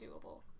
doable